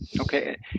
Okay